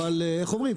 אבל איך אומרים,